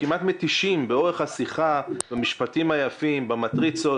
כמעט מתישים באורך השיחה במשפטים היפים, במטריצות.